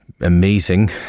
amazing